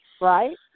right